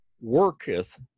worketh